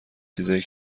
چیزایی